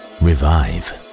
revive